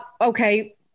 okay